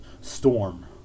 storm